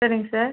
சரிங்க சார்